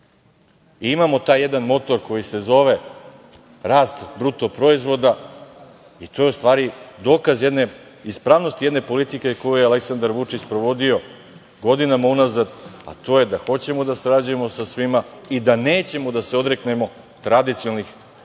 profit. Imamo taj jedan motor koji se zove rast bruto proizvoda i to je u stvari dokaz jedne ispravnosti, jedne politike koju je Aleksandar Vučić sprovodio godinama unazad, a to je da hoćemo da sarađujemo sa svima i da nećemo da se odreknemo tradicionalnih